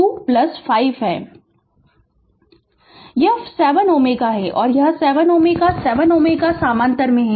Refer Slide Time 1405 यह 7 Ω है और यह 7 Ω 7 Ω समानांतर में हैं